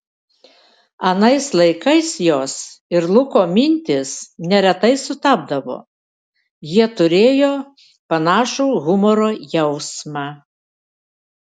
anais laikais jos ir luko mintys neretai sutapdavo jie turėjo panašų humoro jausmą